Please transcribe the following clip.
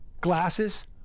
glasses